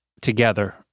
together